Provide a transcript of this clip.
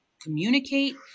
communicate